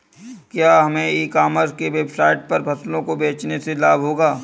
क्या हमें e commerce की वेबसाइट पर फसलों को बेचने से लाभ होगा?